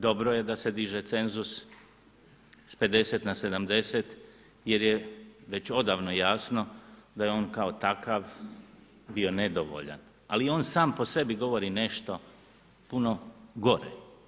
Dobro je da se diže cenzus sa 50 na 70 jer je već odavno jasno da je on kao takav bio nedovoljan, ali on sam po sebi govori nešto puno gore.